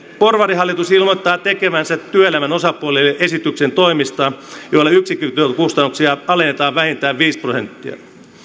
porvarihallitus ilmoittaa tekevänsä työelämän osapuolille esityksen toimista joilla yksikkötyökustannuksia alennetaan vähintään viisi prosenttia